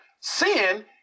sin